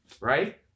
right